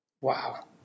Wow